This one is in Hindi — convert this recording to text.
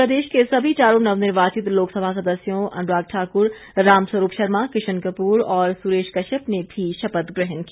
वहीं प्रदेश के सभी चारों नवनिर्वाचित लोकसभा सदस्यों अनुराग ठाकुर रामस्वरूप शर्मा किशन कपूर और सुरेश कश्यप ने भी शपथ ग्रहण की